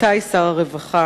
מתי שר הרווחה,